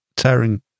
tearing